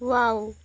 wow